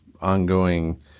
ongoing